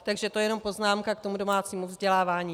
Takže to jenom poznámka k tomu domácímu vzdělávání.